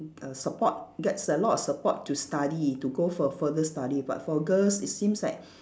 a support that's a lot of support to study to go for further study but for girls it seems like